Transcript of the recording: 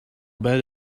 bet